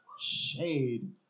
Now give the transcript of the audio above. shade